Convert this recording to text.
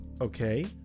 Okay